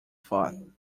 thought